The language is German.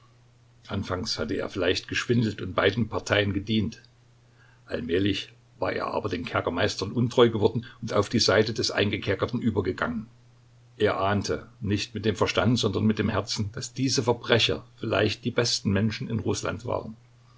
anfangs hatte er vielleicht geschwindelt und beiden parteien gedient allmählich war er aber den kerkermeistern untreu geworden und auf die seite des eingekerkerten übergegangen er ahnte nicht mit dem verstand sondern mit dem herzen daß diese verbrecher vielleicht die besten menschen in rußland waren